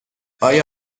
آیا